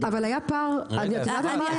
אבל היה פער -- אפרת, שנייה.